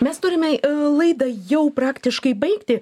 mes turime laidą jau praktiškai baigti